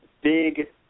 big